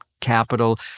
capital